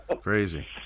Crazy